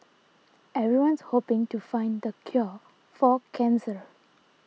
everyone's hoping to find the cure for cancer